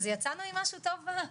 יפה, אז יצאנו עם משהו טוב בוועדה.